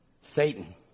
Satan